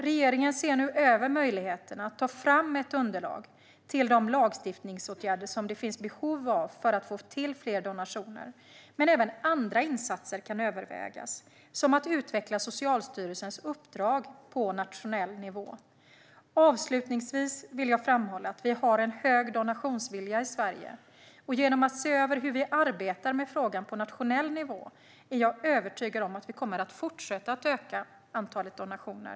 Regeringen ser nu över möjligheten att ta fram ett underlag till de lagstiftningsåtgärder som det finns behov av för att få till fler donationer, men även andra insatser kan övervägas, som att utveckla Socialstyrelsens uppdrag på nationell nivå. Avslutningsvis vill jag framhålla att vi har en hög donationsvilja i Sverige, och genom att se över hur vi arbetar med frågan på nationell nivå är jag övertygad om att vi kommer att fortsätta att öka antalet donationer.